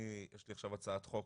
לי יש עכשיו הצעת חוק,